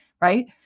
right